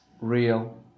real